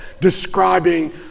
describing